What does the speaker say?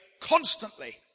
constantly